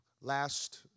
last